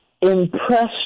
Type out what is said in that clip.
impressed